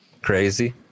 crazy